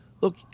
look